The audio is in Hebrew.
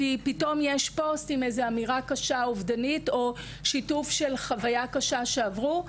פתאום יש פוסט עם אמירה קשה אובדנית או שיתוף של חוויה קשה שעברו,